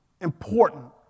important